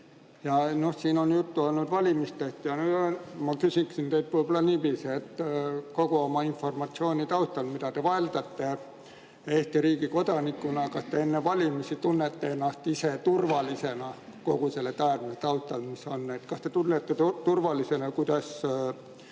Ja siin on juttu olnud valimistest. Ma küsiksin teilt võib-olla niiviisi, et kogu informatsiooni taustal, mida te valdate Eesti riigi kodanikuna, kas te enne valimisi tunnete ennast ise turvalisena selle kõige taustal, mis on. Kas te tunnete turvalisena, kuidas